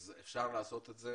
אז אפשר לעשות את זה.